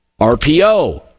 RPO